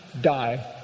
die